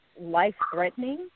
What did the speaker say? life-threatening